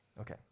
Okay